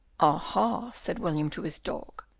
ah! said william to his dog,